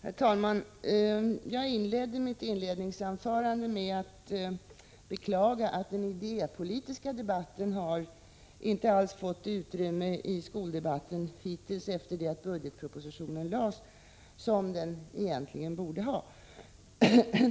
Herr talman! Jag började mitt inledningsanförande med att beklaga att den idépolitiska debatten inte alls har fått det utrymme i skoldebatten hittills efter det att budgetpropositionen lades fram som den egentligen borde ha.